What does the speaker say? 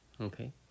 okay